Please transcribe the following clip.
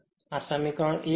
આ સમીકરણ ૧ છે